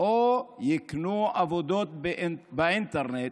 או יקנו עבודות באינטרנט,